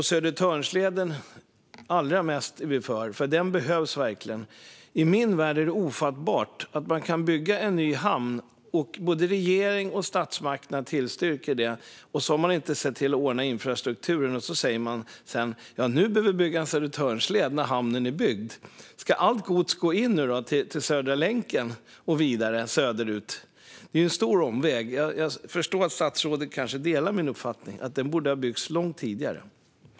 Södertörnsleden är vi allra mest för, för den behövs verkligen. I min värld är det ofattbart att både regeringen och statsmakterna tillstyrker att man bygger en ny hamn, och så har man inte sett till att ordna infrastrukturen. Sedan säger man: Nu behöver vi bygga en Södertörnsled, när hamnen är byggd. Ska allt gods nu gå in till Södra länken och vidare söderut? Det är ju en stor omväg. Jag förstår att statsrådet kanske delar min uppfattning att den borde ha byggts långt tidigare.